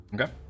Okay